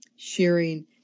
sharing